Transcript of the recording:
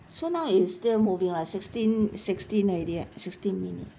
so now is still moving lah sixteen sixteen already ah sixteen minutes